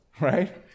Right